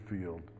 field